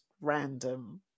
random